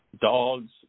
dogs